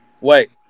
Wait